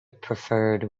preferred